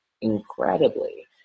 Incredibly